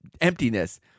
emptiness